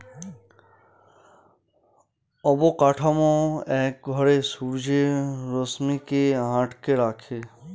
অবকাঠামো এক ঘরে সূর্যের রশ্মিকে আটকে রাখে